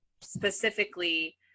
specifically